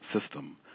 system